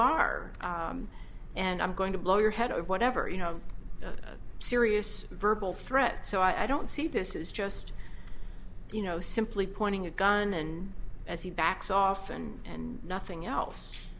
are and i'm going to blow your head over whatever you know a serious verbal threat so i don't see this is just you know simply pointing a gun and as he backs off and nothing else